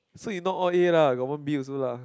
so you not all A lah you got one B also lah